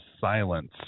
Silence